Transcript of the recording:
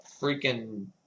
freaking